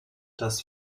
dass